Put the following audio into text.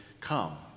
come